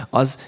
az